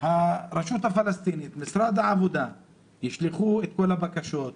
משרד העבודה ברשות הפלסטינית תשלח את כל הבקשות.